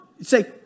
say